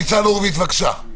ניצן הורוביץ, בבקשה.